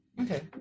Okay